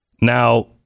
Now